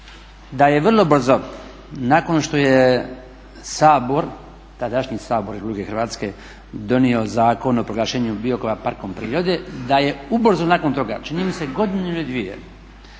da je vrlo brzo nakon što je Sabor, tadašnji Sabor RH donio Zakon o proglašenju Biokova parkom prirode da je ubrzo nakon toga čini mi se godinu ili dvije